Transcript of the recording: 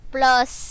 Plus